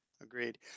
Agreed